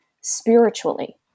spiritually